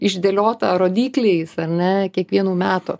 išdėliota rodikliais ar ne kiekvienų metų